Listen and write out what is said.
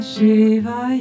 Shiva